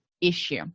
issue